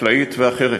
חקלאית ואחרת.